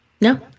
No